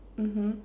mmhmm